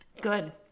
Good